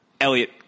Elliot